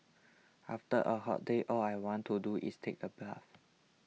after a hot day all I want to do is take a bath